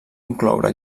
incloure